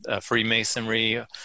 Freemasonry